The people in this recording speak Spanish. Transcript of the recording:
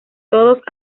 todos